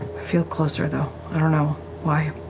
feel closer though, i don't know why.